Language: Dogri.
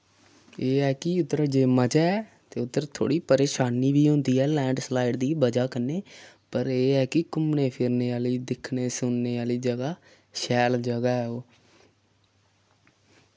एह् ऐ कि उद्धर जे मजा ऐ ते उद्धर थोह्ड़ी परेशानी बी होंदी ऐ लैंडस्लाइड दी वजह् कन्नै पर एह् ऐ कि घुम्मने फिरने आह्ली दिक्खने सुनने आह्ली जगह् शैल जगह ऐ ओह्